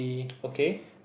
okay